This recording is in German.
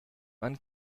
man